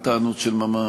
אין טענות של ממש,